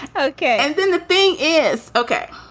okay. and then the thing is ok,